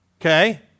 okay